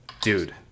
Dude